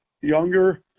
younger